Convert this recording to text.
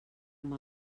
amb